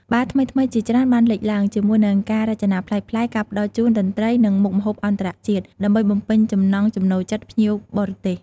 បារថ្មីៗជាច្រើនបានលេចឡើង ជាមួយនឹងការរចនាប្លែកៗ ការផ្ដល់ជូន តន្ត្រី និងមុខម្ហូបអន្តរជាតិ ដើម្បីបំពេញចំណង់ចំណូលចិត្តភ្ញៀវបរទេស។